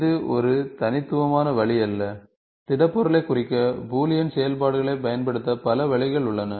இது ஒரு தனித்துவமான வழி அல்ல திடப்பொருளைக் குறிக்க பூலியன் செயல்பாடுகளைப் பயன்படுத்த பல வழிகள் உள்ளன